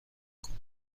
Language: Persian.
کنم